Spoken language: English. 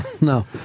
No